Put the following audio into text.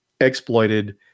exploited